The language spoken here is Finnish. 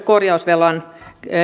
korjausvelan